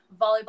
volleyball